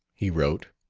he wrote.